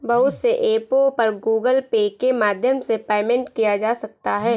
बहुत से ऐपों पर गूगल पे के माध्यम से पेमेंट किया जा सकता है